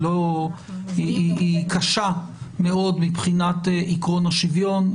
היא קשה מאוד מבחינת עיקרון השוויון,